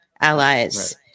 allies